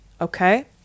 okay